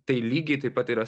tai lygiai taip pat yra